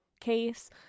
case